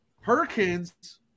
Hurricanes